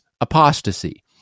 apostasy